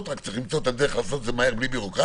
אלא שצריך למצוא את הדרך לעשות את זה מהר בלי בירוקרטיה,